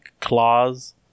claws